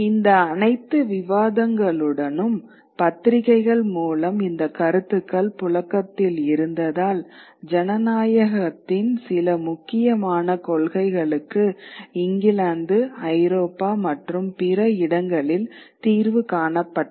இந்த அனைத்து விவாதங்களுடனும் பத்திரிகைகள் மூலம் இந்த கருத்துக்கள் புழக்கத்தில் இருந்ததால் ஜனநாயகத்தின் சில முக்கியமான கொள்கைகளுக்கு இங்கிலாந்து ஐரோப்பா மற்றும் பிற இடங்களில் தீர்வு காணப்பட்டன